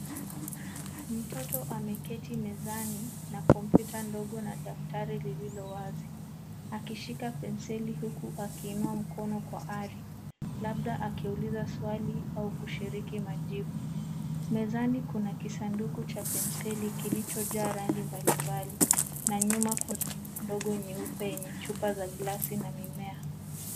Mtoto ameketi mezani na kompyuta ndogo na daftari lililowazi akishika penseli huku akiinua mikono kwa ari labda akiuliza swali au kushiriki majibu. Mezani kuna kisanduku cha penseli kilichojaa rangi mbalimbali na nyuma kuna ndogo nyeupe eney chupa za glasi na mimea.